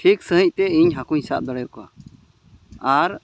ᱴᱷᱤᱠ ᱥᱟᱺᱦᱤᱡ ᱛᱮ ᱤᱧ ᱦᱟᱹᱠᱩᱧ ᱥᱟᱵ ᱫᱟᱲᱮ ᱠᱚᱣᱟ ᱟᱨ